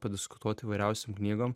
padiskutuot įvairiausiom knygom